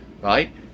right